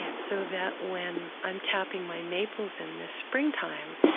so that when i'm tapping my maples in the springtime,